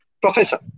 Professor